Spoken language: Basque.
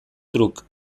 truk